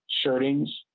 shirtings